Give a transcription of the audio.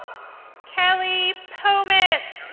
kelley pomis